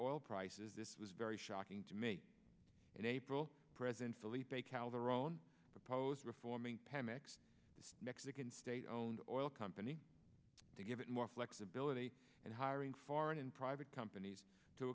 oil prices this was very shocking to me in april president philippe calderon proposed reforming pemex the mexican state owned oil company to give it more flexibility and hiring foreign and private companies to